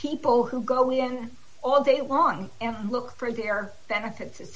people who go in all day long and look for their benefits